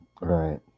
Right